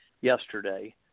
yesterday